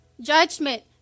Judgment